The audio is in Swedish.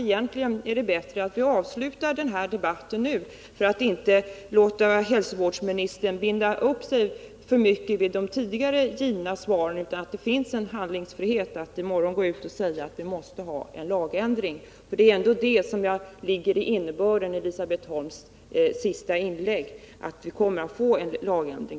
Egentligen är det bäst att vi avslutar den här debatten nu, för att inte låta hälsovårdsministern binda sig för mycket vid de tidigare givna svaren. Det bör finnas en handlingsfrihet för att senare gå ut och säga att vi måste ha en lagändring. Det är ändå det som är innebörden i Elisabet Holms senaste inlägg — att vi kommer att få till stånd en lagändring.